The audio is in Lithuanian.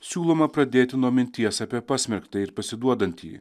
siūloma pradėti nuo minties apie pasmerktą ir pasiduodantį